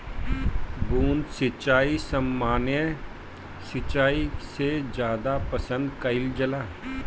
बूंद सिंचाई सामान्य सिंचाई से ज्यादा पसंद कईल जाला